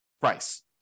price